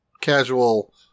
casual